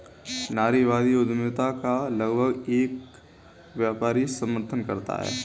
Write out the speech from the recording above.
नारीवादी उद्यमिता का लगभग हर एक व्यापारी समर्थन करता है